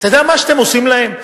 אתה יודע מה אתם עושים להם?